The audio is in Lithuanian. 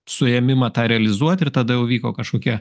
suėmimą tą realizuot ir tada jau vyko kažkokie